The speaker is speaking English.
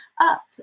up